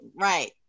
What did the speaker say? Right